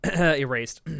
erased